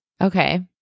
Okay